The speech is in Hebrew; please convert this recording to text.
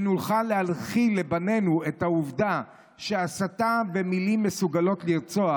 שנוכל להנחיל לבנינו את העובדה שהסתה ומילים מסוגלות לרצוח,